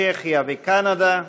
מצ'כיה ומקנדה.